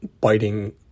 biting